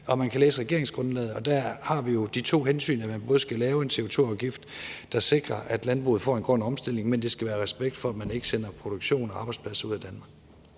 Man kan læse regeringsgrundlaget, og der har vi jo de to hensyn, at man skal lave en CO2-afgift, der sikrer, at landbruget får en grøn omstilling, men at det skal være med respekt for, at man ikke sender produktion og arbejdspladser ud af Danmark.